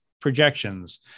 projections